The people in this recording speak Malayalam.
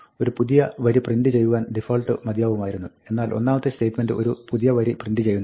ഒരു പുതിയ വരി പ്രിന്റ് ചെയ്യുവാൻ ഡിഫാൾട്ട് മതിയാവുമായിരുന്നു എന്നാൽ ഒന്നാമത്തെ സ്റ്റേറ്റ്മെന്റ് ഒരു പുതിയ വരി പ്രിന്റ് ചെയ്യുന്നില്ല